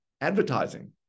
advertising